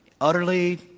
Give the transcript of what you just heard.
utterly